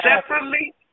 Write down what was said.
separately